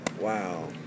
wow